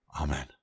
Amen